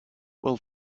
well